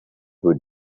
would